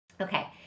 Okay